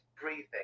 breathing